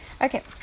Okay